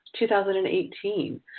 2018